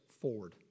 forward